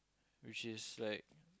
which is like